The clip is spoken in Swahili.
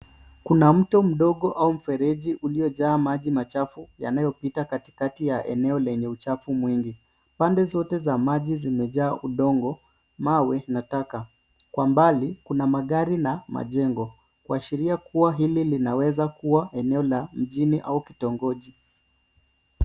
Kuna mto mdogo au mfereji uliojaa maji machafu yanayopita katikati ya eneo lenye uchafu mwingi. Pande zote za maji zimejaa udongo , mawe na taka. Kwa mbali, kuna magari na majengo kuashiria kuwa hili linaweza kuwa eneo la mjini au kitongoji.